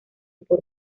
por